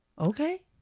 Okay